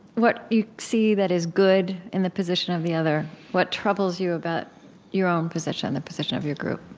what you see that is good in the position of the other, what troubles you about your own position, the position of your group